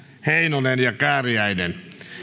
heinonen ja kääriäinen